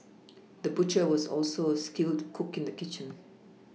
the butcher was also a skilled cook in the kitchen